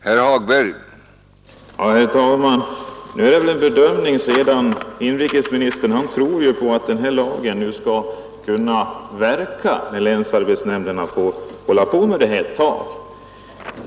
Herr talman! Här är det väl också fråga om en bedömning. Inrikesministern tror på att lagen skall kunna få effekt när länsarbets nämnderna fått hålla på ett tag.